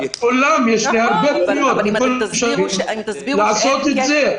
הגיעו אליי הרבה בקשות לעשות את זה.